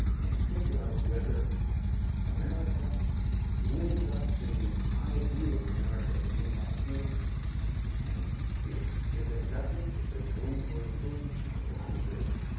and figure out whether america lives up to the ideal america that we have here and here. if it doesn't, if there's room for improvement, and there always is,